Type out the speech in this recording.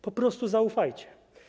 Po prostu im zaufajcie.